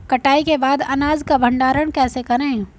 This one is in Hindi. कटाई के बाद अनाज का भंडारण कैसे करें?